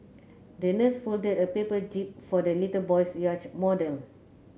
the nurse folded a paper jib for the little boy's yacht model